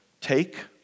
take